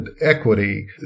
equity